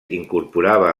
incorporava